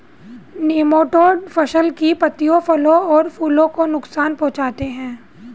nematode फसल की पत्तियों फलों और फूलों को नुकसान पहुंचाते हैं